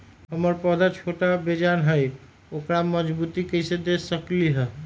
हमर पौधा छोटा बेजान हई उकरा मजबूती कैसे दे सकली ह?